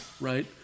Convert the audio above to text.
right